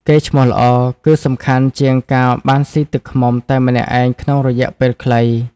កេរ្តិ៍ឈ្មោះល្អ គឺសំខាន់ជាងការបានស៊ីទឹកឃ្មុំតែម្នាក់ឯងក្នុងរយៈពេលខ្លី។